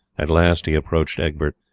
at last he approached egbert.